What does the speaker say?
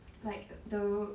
like the r~